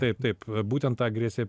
taip taip būtent tą agresiją